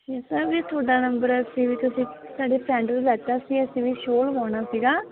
ਜੀ ਸਰ ਜੀ ਤੁਹਾਡਾ ਨੰਬਰ ਅਸੀਂ ਵੀ ਤੁਸੀਂ ਸਾਡੇ ਫਰੈਂਡ ਸੀ ਅਸੀਂ ਵੀ ਸ਼ੋਅ ਲਗਾਉਣਾ ਸੀਗਾ